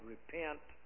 Repent